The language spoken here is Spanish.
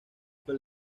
fue